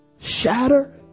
shatter